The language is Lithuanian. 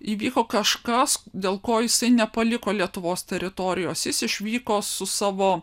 įvyko kažkas dėl ko jisai nepaliko lietuvos teritorijos jis išvyko su savo